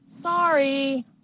Sorry